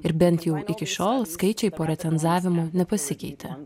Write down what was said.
ir bent jau iki šiol skaičiai po recenzavimo nepasikeitė